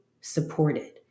supported